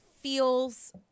feels